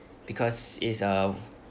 because it's a